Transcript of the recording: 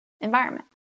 environment